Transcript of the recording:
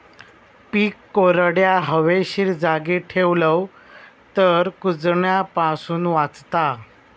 पीक कोरड्या, हवेशीर जागी ठेवलव तर कुजण्यापासून वाचता